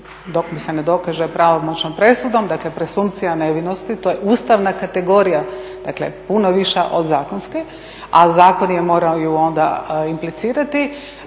dok mu se ne dokaže pravomoćnom presudom. Dakle, presumpcija nevinosti to je ustavna kategorija, dakle puno viša od zakonske, a zakon je morao ju onda implicirati.